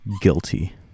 guilty